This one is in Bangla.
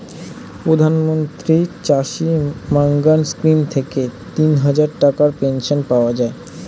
প্রধানমন্ত্রী চাষী মান্ধান স্কিম থেকে তিনহাজার টাকার পেনশন পাওয়া যায়